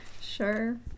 Sure